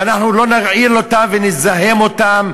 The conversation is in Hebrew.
ולא נרעיל אותם ונזהם אותם,